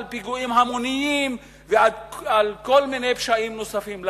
פיגועים המוניים ועל כל מיני פשעים נוספים.